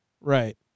Right